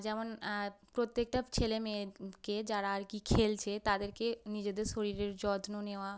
যেমন প্রত্যেকটা ছেলে মেয়েকে যারা আর কি খেলছে তাদেরকে নিজেদের শরীরের যত্ন নেওয়া